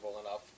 enough